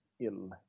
ill